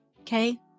Okay